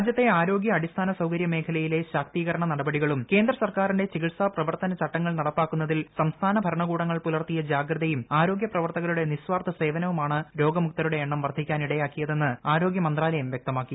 രാജ്യത്തെ ആരോഗ്യ അടിസ്ഥാന സൌകര്യ മേഖലയിലെ ശാക്തീകരണ ചികിത്സാ പ്രവർത്തന ചട്ട്ങ്ങൾ നടപ്പാക്കുന്നതിൽ സംസ്ഥാന ഭരണകൂടങ്ങൾ പൂലർത്തിയ ജാഗ്രതയും ആരോഗ്യ പ്രവർത്തകരുടെ നിസ്വാർത്ഥ സേവനവുമ്പ്ണ് രോഗമുക്തരുടെ എണ്ണം വർധിക്കാൻ ഇടയാക്കിയതെന്ന് ആരോഗ്യ മന്ത്രാലയം വ്യക്തമാക്കി